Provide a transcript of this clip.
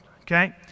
Okay